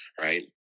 right